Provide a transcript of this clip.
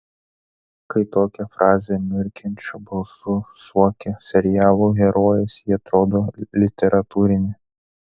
kai tokią frazę murkiančiu balsu suokia serialų herojės ji atrodo literatūrinė